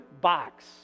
box